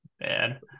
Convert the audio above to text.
man